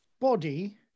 body